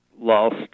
lost